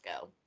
go